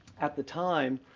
at the time,